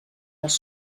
les